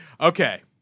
Okay